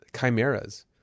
chimeras